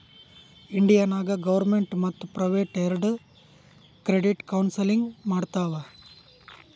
India ನಾಗ್ government ಮತ್ತ private ಎರೆಡು ಕ್ರೆಡಿಟ್ ಕೌನ್ಸಲಿಂಗ್ ಮಾಡ್ತಾವ್